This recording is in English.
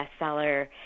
bestseller